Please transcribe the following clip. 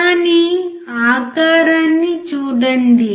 కానీ ఆకారాన్ని చూడండి